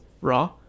raw